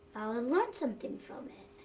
ah and learn something from it.